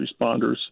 responders